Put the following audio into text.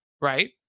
right